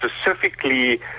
specifically